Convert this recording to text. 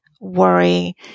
worry